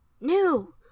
New